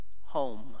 home